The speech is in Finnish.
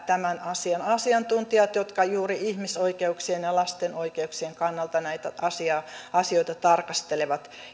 tämän asian asiantuntijoiden näkemyksiin jotka juuri ihmisoikeuksien ja lasten oikeuksien kannalta näitä asioita tarkastelevat